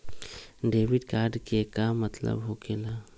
Debit card के का मतलब होकेला?